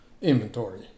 inventory